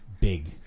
big